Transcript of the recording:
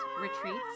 retreats